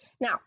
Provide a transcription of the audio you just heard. Now